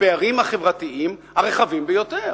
הפערים החברתיים הרחבים ביותר,